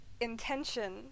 intention